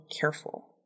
careful